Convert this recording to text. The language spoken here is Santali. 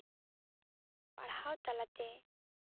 ᱯᱟᱲᱦᱟᱣ ᱛᱟᱞᱟᱛᱮ